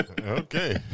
okay